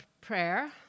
prayer